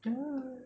!duh!